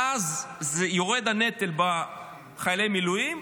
ואז יורד הנטל מחיילי המילואים,